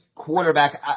Quarterback